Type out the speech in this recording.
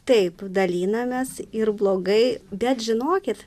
taip dalinamės ir blogai bet žinokit